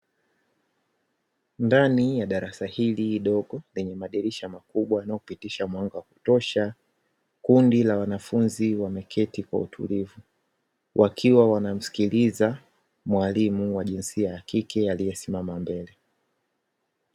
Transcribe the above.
Ndani ya darasa hili dogo lenye madirisha makubwa yanayopitisha mwanga wa kutosha kundi la wanafunzi wameketi kwa utulivu wakiwa wanamsikiliza mwalimu wa jinsia ya kike aliyesimama mbele.